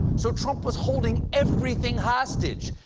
so trump was holding everything hostage!